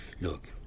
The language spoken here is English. Look